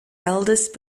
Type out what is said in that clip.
eldest